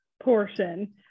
portion